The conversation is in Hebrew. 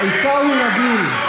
למה אתה, אנחנו